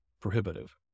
prohibitive